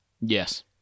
Yes